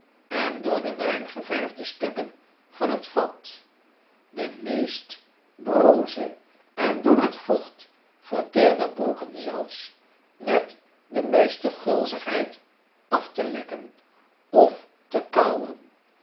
en door den wijn geverfde stukken van het vat de meest broze en door het vocht verteerde brokken zelfs met de meeste gulzigheid af te lekken of te kauwen